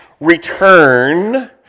Return